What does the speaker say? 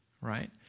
right